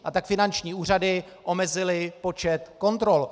A tak finanční úřady omezily počet kontrol.